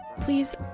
please